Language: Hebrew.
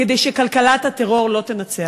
כדי שכלכלת הטרור לא תנצח.